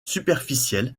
superficielle